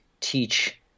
teach